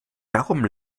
darum